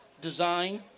design